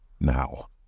now